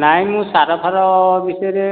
ନାଇଁ ମୁଁ ସାର ଫାର ବିଷୟରେ